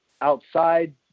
outside